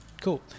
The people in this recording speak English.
cool